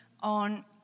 on